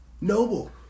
Noble